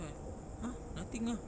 then I was like ah nothing ah